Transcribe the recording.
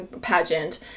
pageant